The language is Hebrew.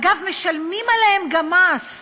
אגב, משלמים עליהם גם מס.